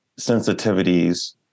sensitivities